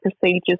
procedures